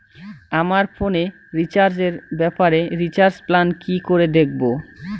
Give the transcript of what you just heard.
আমার ফোনে রিচার্জ এর ব্যাপারে রিচার্জ প্ল্যান কি করে দেখবো?